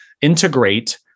integrate